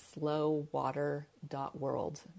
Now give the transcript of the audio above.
slowwater.world